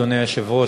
אדוני היושב-ראש,